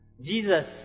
Jesus